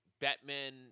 Batman